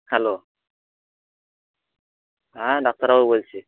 hello হ্যাঁ ডাক্তারবাবু বলছি